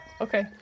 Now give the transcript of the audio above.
Okay